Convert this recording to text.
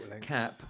cap